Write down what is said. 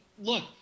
look